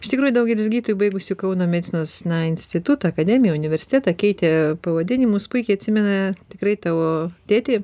iš tikrųjų daugelis gydytojų baigusių kauno medicinos na institutą akademiją universitetą keitė pavadinimus puikiai atsimena tikrai tavo tėtį